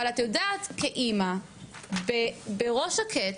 אבל את יודעת כאמא בראש שקט,